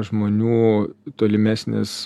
žmonių tolimesnis